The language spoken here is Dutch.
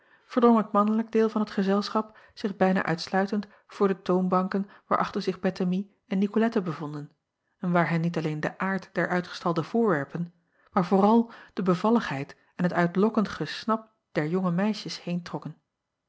verdrong het mannelijk deel van het gezelschap zich bijna uitsluitend voor de toonbanken waarachter zich ettemie en icolette bevonden en waar hen niet alleen de aard der uitgestalde voorwerpen maar vooral de bevalligheid en het uitlokkend gesnap der jonge meisjes